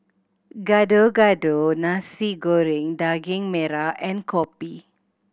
Gado Gado Nasi Goreng Daging Merah and kopi